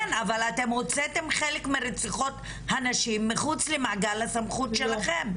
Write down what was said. כן אבל אתם הוצאתם חלק מהרציחות הנשים מחוץ למעגל הסמכות שלכם.